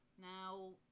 Now